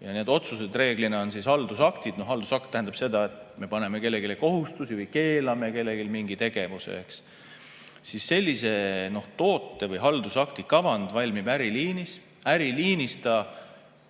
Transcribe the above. need otsused reeglina on haldusaktid – haldusakt tähendab seda, et me paneme kellelegi kohustusi või keelame kellelegi mingi tegevuse –, siis sellise toote või haldusakti kavand valmib äriliinis. Äriliinis ta